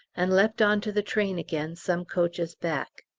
and leapt on to the train again some coaches back.